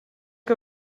que